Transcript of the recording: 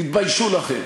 תתביישו לכם.